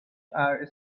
our